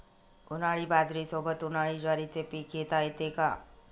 उन्हाळी बाजरीसोबत, उन्हाळी ज्वारीचे पीक घेता येते का?